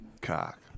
Cock